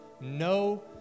no